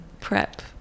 prep